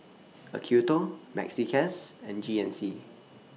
Acuto Maxi Cash and G N C